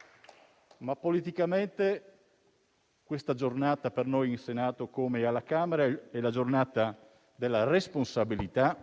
però, per noi questa giornata, in Senato come alla Camera, è la giornata della responsabilità,